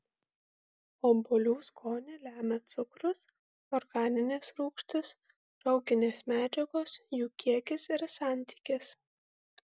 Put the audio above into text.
obuolių skonį lemia cukrus organinės rūgštys rauginės medžiagos jų kiekis ir santykis